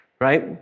right